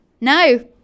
no